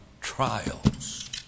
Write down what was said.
trials